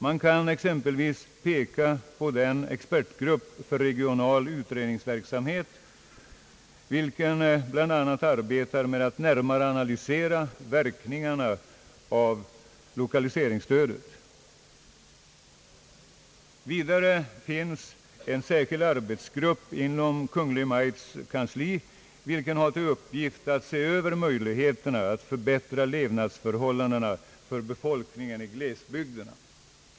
Man kan exempelvis peka på den expertgrupp för regional utredningsverksamhet, vilken bl.a. arbetar med att närmare analysera verkningarna av lokaliseringsstödet. Vidare finns en särskild arbetsgrupp inom Kungl. Maj:ts kansli, vilken har till uppgift att se över möjligheterna att förbättra levnadsförhållandena för befolkningen i glesbygderna.